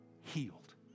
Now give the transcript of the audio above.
healed